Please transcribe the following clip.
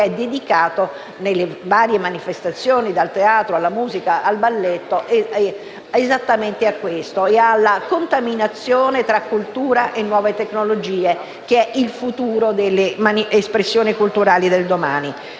dedicato, nelle sue varie manifestazioni (dal teatro, alla musica, al balletto) esattamente a questo e alla contaminazione tra cultura e nuove tecnologie, che rappresenta il futuro delle espressioni culturali.